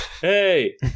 Hey